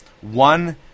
one